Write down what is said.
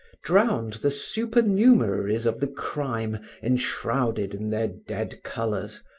drowned the supernumeraries of the crime enshrouded in their dead colors,